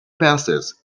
passes